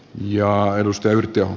ja edustaja yhtyä